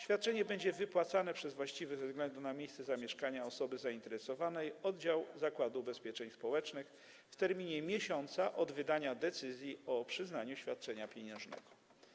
Świadczenie będzie wypłacane przez właściwy ze względu na miejsce zamieszkania osoby zainteresowanej oddział Zakładu Ubezpieczeń Społecznych w terminie miesiąca od dnia wydania decyzji o przyznaniu świadczenia pieniężnego.